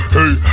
Hey